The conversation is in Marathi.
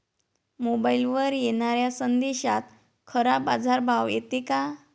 मोबाईलवर येनाऱ्या संदेशात खरा बाजारभाव येते का?